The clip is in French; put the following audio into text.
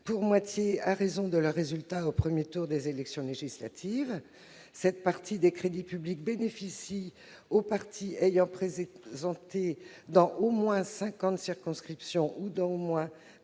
pour moitié à raison de leurs résultats au premier tour des élections législatives. Cette première part bénéficie aux partis ayant présenté, dans au moins cinquante circonscriptions ou dans au moins